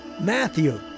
Matthew